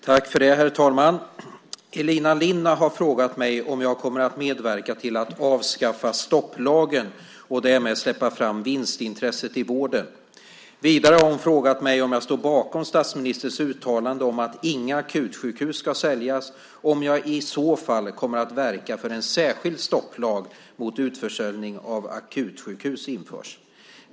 Herr talman! Elina Linna har frågat mig om jag kommer att medverka till att avskaffa stopplagen och därmed släppa fram vinstintresset i vården. Vidare har hon frågat mig om jag står bakom statsministerns uttalande om att inga akutsjukhus ska säljas och om jag i så fall kommer att verka för att en särskild stopplag mot utförsäljning av akutsjukhus införs.